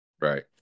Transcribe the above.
Right